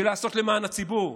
של לעשות למען הציבור.